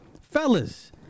Fellas